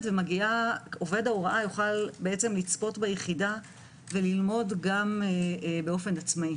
ועובד ההוראה יוכל לצפות ביחידה וללמוד גם באופן עצמאי,